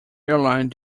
airline